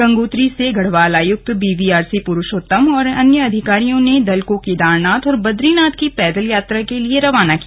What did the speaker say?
गंगोत्री से गढ़वाल आयुक्त बीवीआरसी पुरुषोत्तम और अन्य अधिकारियों ने दल को केदारनाथ और बद्रीनाथ की पैदल यात्रा के लिए रवाना किया